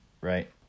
Right